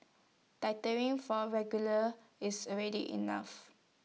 from regular is already enough